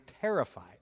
terrified